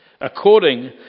according